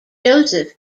joseph